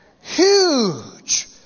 huge